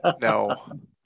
no